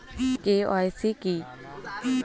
KYC কি?